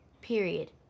period